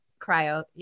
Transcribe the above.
cryo